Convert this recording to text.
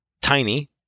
tiny